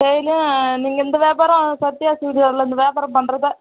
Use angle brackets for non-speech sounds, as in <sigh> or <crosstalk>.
டெய்லியும் நீங்கள் இந்த வியாபாரம்ம் சத்யா <unintelligible> இந்த வியாபாரம் பண்றதை